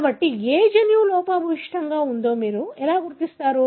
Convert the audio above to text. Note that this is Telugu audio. కాబట్టి ఏ జన్యువు లోపభూయిష్టంగా ఉందో మీరు ఎలా గుర్తిస్తారు